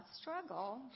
struggle